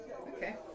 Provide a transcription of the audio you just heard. Okay